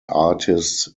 artists